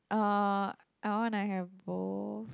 uh I wanna have both